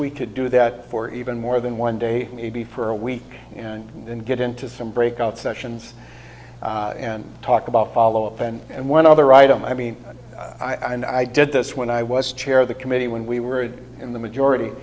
we could do that for even more than one day maybe for a week and then get into some breakout sessions and talk about follow up and one other item i mean i did this when i was chair of the committee when we were in the majority